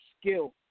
skill